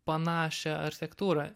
panašią architektūrą